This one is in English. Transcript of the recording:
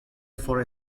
for